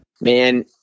man